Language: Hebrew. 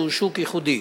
שהוא שוק ייחודי.